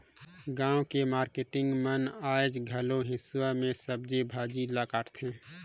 गाँव के मारकेटिंग मन आयज घलो हेसुवा में सब्जी भाजी ल काटथे